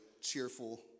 cheerful